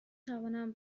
توانم